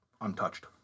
untouched